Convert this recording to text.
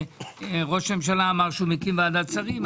ראש הממשלה אמר שהוא מקים ועדת שרים.